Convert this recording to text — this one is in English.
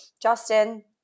Justin